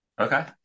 Okay